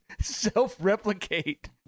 self-replicate